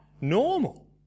normal